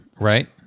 right